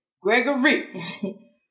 Gregory